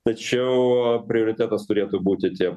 tačiau prioritetas turėtų būti tie